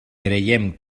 creiem